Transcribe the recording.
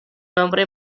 nombre